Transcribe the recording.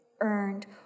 earned